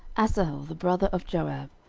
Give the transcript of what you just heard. asahel the brother of joab,